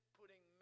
putting